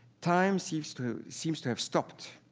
time seems to seems to have stopped,